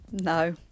No